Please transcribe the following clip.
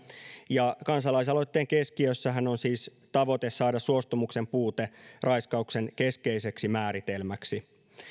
ja kansalaisaloitteen keskiössähän on siis tavoite saada suostumuksen puute raiskauksen keskeiseksi määritelmäksi